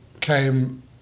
came